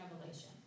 Revelation